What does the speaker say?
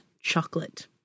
chocolate